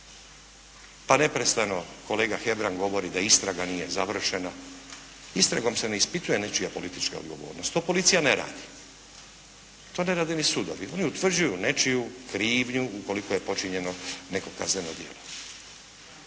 Pa neprestano kolega Hebrang govori da istraga nije završena, istragom se ne ispituje nečija politička odgovornost, to policija ne radi. To ne rade ni sudovi, oni utvrđuju nečiju krivnju ukoliko je počinjeno neko kazneno djelo.